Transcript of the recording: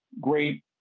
great